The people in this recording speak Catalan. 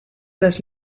les